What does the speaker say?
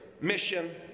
mission